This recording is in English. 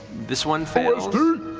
this one fails.